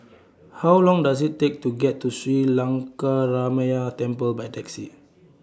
How Long Does IT Take to get to Sri Lankaramaya Temple By Taxi